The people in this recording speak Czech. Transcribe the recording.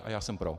A já jsem pro.